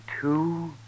two